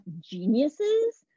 geniuses